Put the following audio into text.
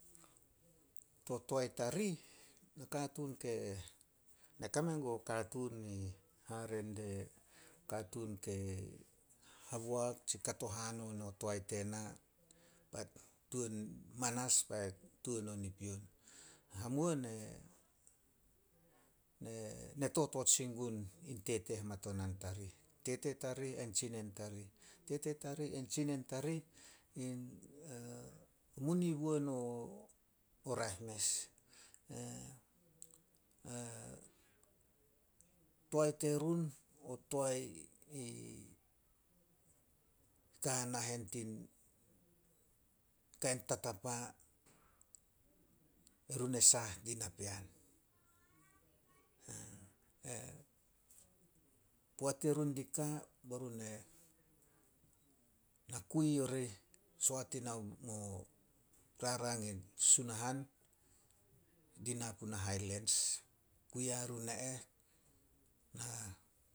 To toae tarih, na kame guo katuun hare de, katuun ke haboak tsi kato hanon o toae tena, manas bai tuan on i pion. Hamuo ne totot sin gun in tete hamatonan tarih. Tete tarih ain tsinen tarih. Tete tarih ain tsinen tarih in muniwon o o raeh mes. Toae terun o toae ka a nahen tin kain tatapa, erun e saah din napean. Poat erun di ka, bai run e na kui orih, soat ina mo rarang e Sunahan, dina puna Hailens. Kui a run e eh,